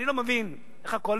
אני לא מבין איך הקואליציה,